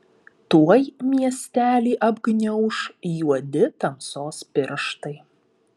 tuoj miestelį apgniauš juodi tamsos pirštai